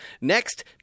Next